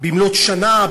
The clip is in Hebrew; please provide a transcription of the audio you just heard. במלאות שנה,